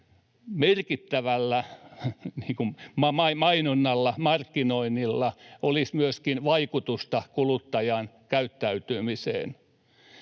merkittävällä mainonnalla, markkinoinnilla olisi myöskin vaikutusta kuluttajan käyttäytymiseen.